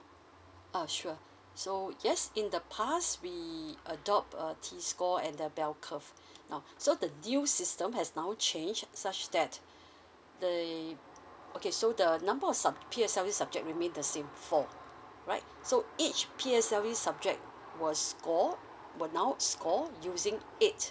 uh sure so yes in the past we adopt uh T score and the bell curve now so the due system has now change such that the okay so the number of sub~ P and seven subject remain the same four right so each P and seven subject was scored will now scored using eight